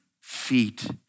feet